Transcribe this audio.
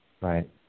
Right